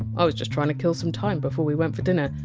i was just trying to kill some time before we went for dinner,